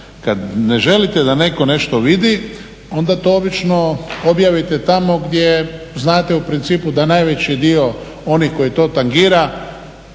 kad ne želite da netko nešto vidi onda to obično objavite tamo gdje znate u principu da najveći dio onih koje to tangira